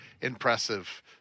impressive